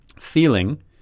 feeling